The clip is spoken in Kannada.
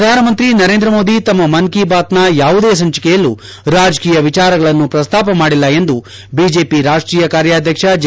ಪ್ರಧಾನಮಂತ್ರಿ ನರೇಂದ್ರ ಮೋದಿ ತಮ್ಮ ಮನ್ ಕಿ ಬಾತ್ನ ಯಾವುದೇ ಸಂಚಿಕೆಯಲ್ಲೂ ರಾಜಕೀಯ ವಿಚಾರಗಳನ್ನು ಪ್ರಸ್ತಾಪ ಮಾಡಿಲ್ಲ ಎಂದು ಬಿಜೆಪಿ ರಾಷ್ಟೀಯ ಕಾರ್ಯಾಧ್ಯಕ್ಷ ಜೆ